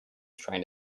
trying